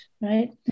right